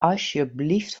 alsjeblieft